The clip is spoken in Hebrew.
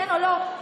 כן או לא,